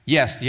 Yes